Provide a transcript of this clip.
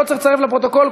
לא צריך לצרף לפרוטוקול,